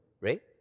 Right